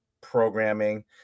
programming